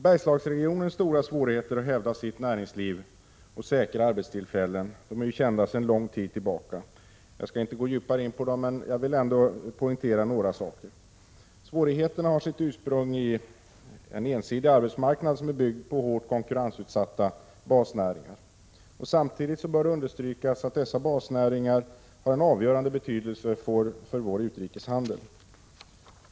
Bergslagsregionens stora svårigheter att hävda sitt näringsliv och säkra sina arbetstillfällen är kända sedan lång tid tillbaka. Jag skall inte gå djupare in på dem, men jag vill poängtera några saker. Svårigheterna har sitt ursprung i en ensidig arbetsmarknad, som är uppbyggd på hårt konkurrensutsatta basnäringar. Samtidigt bör det understrykas att dessa basnäringar har en avgörande betydelse för vår utrikeshandel.